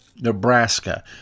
Nebraska